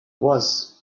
was